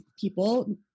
people